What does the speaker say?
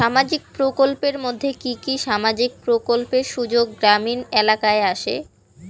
সামাজিক প্রকল্পের মধ্যে কি কি সামাজিক প্রকল্পের সুযোগ গ্রামীণ এলাকায় আসে?